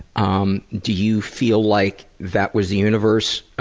um do you feel like that was the universe